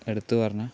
എടുത്തു പറഞ്ഞാൽ